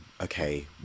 okay